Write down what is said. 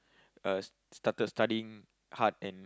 uh started studying hard and